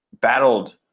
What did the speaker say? battled